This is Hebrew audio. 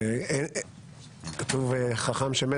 כתוב "חכם שמת,